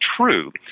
true